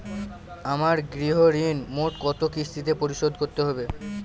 আমার গৃহঋণ মোট কত কিস্তিতে পরিশোধ করতে হবে?